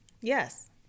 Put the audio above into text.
Yes